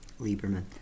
Lieberman